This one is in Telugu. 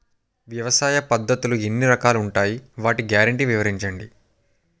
వ్యవసాయ పద్ధతులు ఎన్ని రకాలు ఉంటాయి? వాటి గ్యారంటీ వివరించండి?